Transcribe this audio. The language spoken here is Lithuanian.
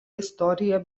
istoriją